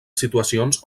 situacions